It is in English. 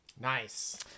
Nice